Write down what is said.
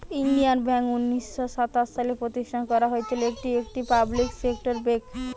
Indian Bank উনিশ শ সাত সালে প্রতিষ্ঠান করা হয়েছিল, এটি একটি পাবলিক সেক্টর বেঙ্ক